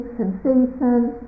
sensations